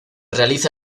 realiza